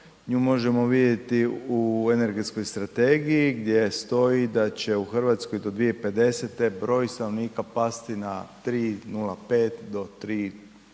Nju možemo vidjeti u energetskoj strategiji gdje stoji da će u Hrvatskoj do 2050. broj stanovnika pasti na 3,05 do 3,